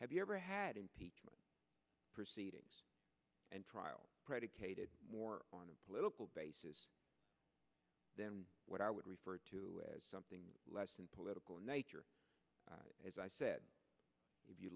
have you ever had impeachment proceedings and trial predicated more on a political basis than what i would refer to as something less than political nature as i said if you